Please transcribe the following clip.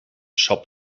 shop